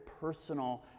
personal